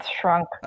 shrunk